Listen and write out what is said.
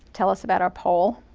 tell us about our poll.